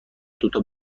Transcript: دوتا